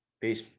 Peace